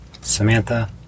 Samantha